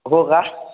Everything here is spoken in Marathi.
हो का